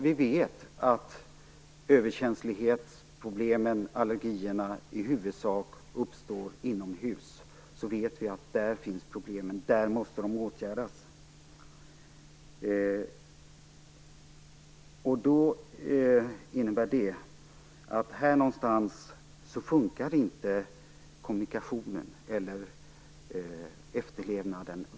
Vi vet att överkänslighetsproblemen och allergierna i huvudsak uppstår inomhus. Där finns alltså problemen och där måste de åtgärdas. Men här fungerar inte efterlevnaden.